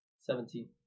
Seventeen